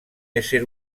ésser